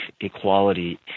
equality